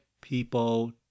people